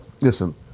Listen